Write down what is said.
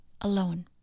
Alone